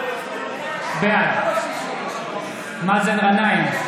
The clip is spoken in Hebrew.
בעד מאזן גנאים,